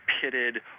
pitted